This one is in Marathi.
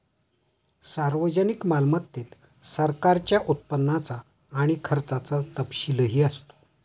सार्वजनिक मालमत्तेत सरकारच्या उत्पन्नाचा आणि खर्चाचा तपशीलही असतो